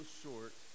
short